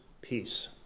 peace